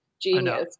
genius